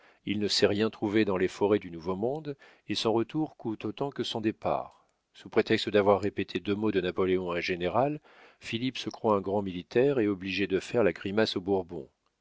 il ne sait rien trouver dans les forêts du nouveau-monde et son retour coûte autant que son départ sous prétexte d'avoir répété deux mots de napoléon à un général philippe se croit un grand militaire et obligé de faire la grimace aux